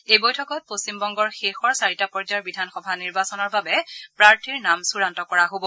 এই বৈঠকত পশ্চিমবংগৰ শেষৰ চাৰিটা পৰ্যায়ৰ বিধানসভা নিৰ্বাচনৰ বাবে প্ৰাৰ্থীৰ নাম চূড়ান্ত কৰা হব